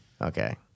Okay